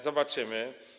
Zobaczymy.